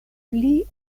pli